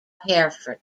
hereford